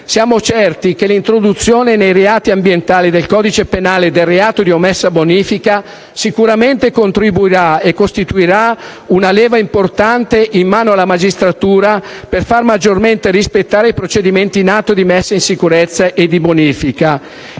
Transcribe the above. Siamo certi che l'introduzione tra i reati ambientali del codice penale del reato di omessa bonifica costituirà una leva importante in mano alla magistratura per far maggiormente rispettare i procedimenti in atto di messa in sicurezza e di bonifica.